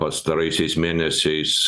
pastaraisiais mėnesiais